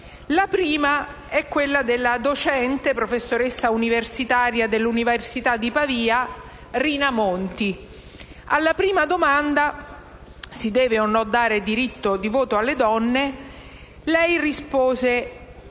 La prima è quella della docente, professoressa universitaria dell'università di Pavia, Rina Monti. Alla prima domanda («Si deve riconoscere il diritto di voto (...) alle donne?»), lei rispose